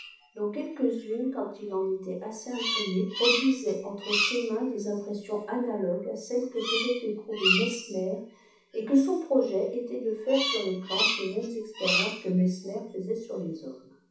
dont quelques-unes suand il en était assez iioprégné produisaient entre ses mains es impressions analogues à celles que faisait éprouver mesmer et que son projet était de faire sur les plantes les mêmes expé riences que mesmer faisait sui les hommes